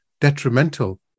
detrimental